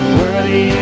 worthy